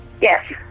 Yes